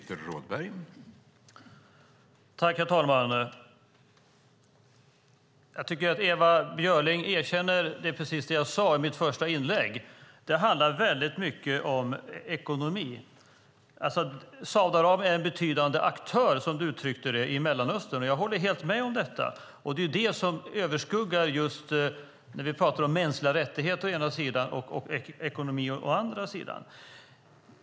Herr talman! Ewa Björling erkänner precis det jag sade i mitt första inlägg. Det handlar väldigt mycket om ekonomi. Jag håller helt med om att Saudiarabien är en betydande aktör i Mellanöstern, som Ewa Björling uttryckte det. Det är det som är det överskuggande när vi pratar om mänskliga rättigheter å ena sidan och ekonomi å den andra.